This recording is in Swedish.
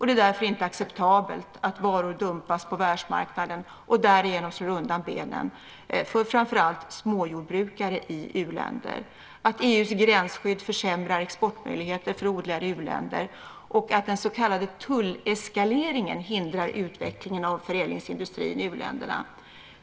Det är därför inte acceptabelt att varor dumpas på världsmarknaden och därigenom slår undan benen för framför allt småjordbrukare i u-länder, att EU:s gränsskydd försämrar exportmöjligheter för odlare i u-länder och att den så kallade tulleskaleringen hindrar utvecklingen av förädlingsindustrin i u-länderna.